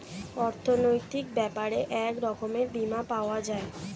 অর্থনৈতিক ব্যাপারে এক রকমের বীমা পাওয়া যায়